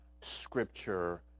scripture